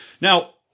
Now